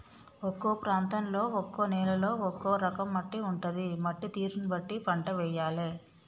ఒక్కో ప్రాంతంలో ఒక్కో నేలలో ఒక్కో రకం మట్టి ఉంటది, మట్టి తీరును బట్టి పంట వేయాలే